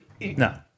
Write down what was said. no